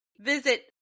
visit